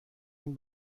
این